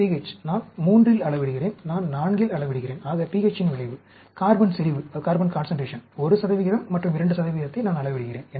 pH நான் 3 இல் அளவிடுகிறேன் நான் 4 இல் அளவிடுகிறேன் ஆக pH இன் விளைவு கார்பன் செறிவு 1 மற்றும் 2 அளவிடுகிறேன்